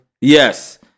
Yes